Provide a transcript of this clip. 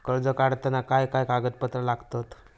कर्ज काढताना काय काय कागदपत्रा लागतत?